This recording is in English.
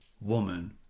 woman